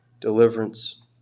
deliverance